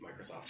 Microsoft